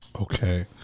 Okay